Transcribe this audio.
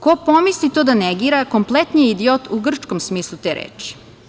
Ko pomisli to da negira, kompletni je idiot, u grčkom smislu te reči.